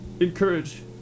encourage